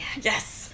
Yes